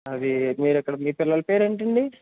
అదీ మీరెక్కడ మీ పిల్లల పేరేంటండి